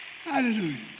Hallelujah